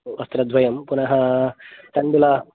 वस्त्रद्वयं पुनः तण्डुलं